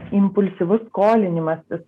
impulsyvus skolinimasis